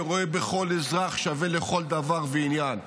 שרואה בכל אזרח שווה לכל דבר ועניין.